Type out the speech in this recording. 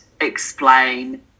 explain